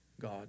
God